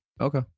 Okay